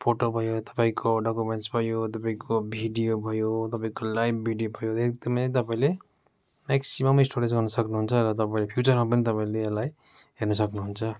photo भयो तपाईँको documents भयो तपाईँको भिडियो भयो तपाईँको लाइभ भिडियो भयो एकदमै तपाईँले म्याकसिममै स्टोरेज गर्नु सक्नुहुन्छ र तपाईँले फ्युचरमा पनि तपाईँले यसलाई हेर्न सक्नुहुन्छ